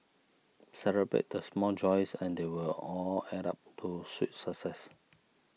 celebrate the small joys and they will all add up to sweet success